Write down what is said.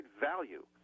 value